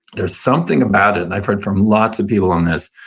there's something about it, and i've heard from lots of people on this,